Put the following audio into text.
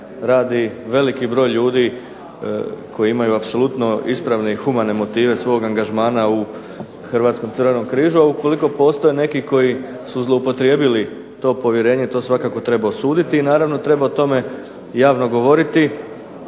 radi veliki broj ljudi koji imaju apsolutno ispravne i humane motive svog angažmana u Hrvatskom Crvenom križu, a ukoliko postoje neki koji su zloupotrijebili to povjerenje to svakako treba osuditi. I naravno treba o tome javno govoriti